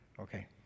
Okay